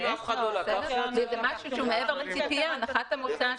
כאשר זה מעבר לציפייה הנחת המוצא היא